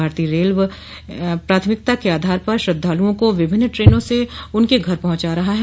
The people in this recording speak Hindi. भारतीय रेलवे प्राथमिकता के आधार पर श्रद्धालुओं को विभिन्न ट्रेनों से उनके घर पहुंचा रहा है